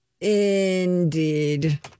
Indeed